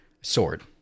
sword